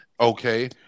okay